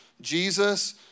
Jesus